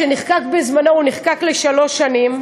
שנחקק בזמנו נחקק לשלוש שנים,